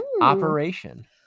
Operation